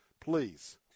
please